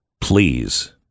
please